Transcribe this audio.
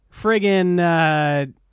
friggin